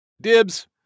Dibs